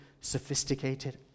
sophisticated